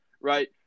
right